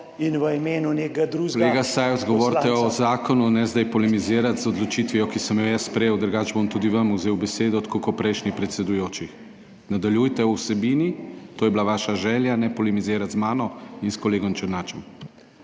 in v imenu nekega drugega poslanca…